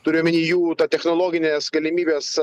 turiu omeny jų technologinės galimybės